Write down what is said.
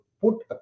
put